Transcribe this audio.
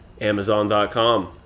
Amazon.com